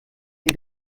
sie